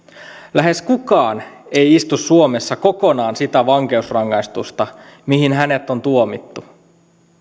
lähes kukaan ei istu suomessa kokonaan sitä vankeusrangaistusta mihin hänet on tuomittu